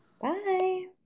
Bye